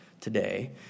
today